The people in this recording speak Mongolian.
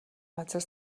газрыг